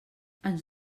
ens